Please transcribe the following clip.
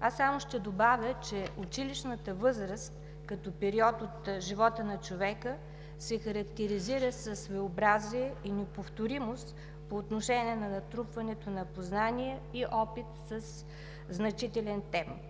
Аз само ще добавя, че училищната възраст като период от живота на човека се характеризира със своеобразие и неповторимост по отношение на натрупването на познания и опит със значителен темп.